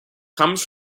comes